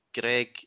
Greg